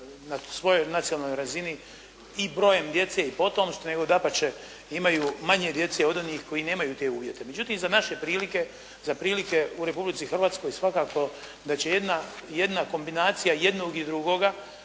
na svojoj nacionalnoj razini i brojem djece i potomstva, nego dapače imaju manje djece od onih koji nemaju te uvjete. Međutim za naše prilike, za prilike u Republici Hrvatskoj svakako da će jedna kombinacija jednog i drugoga,